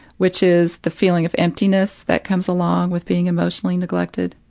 which is the feeling of emptiness that comes along with being emotionally neglected.